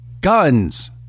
Guns